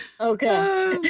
okay